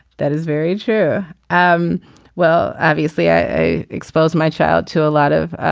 that is very true um well obviously i expose my child to a lot of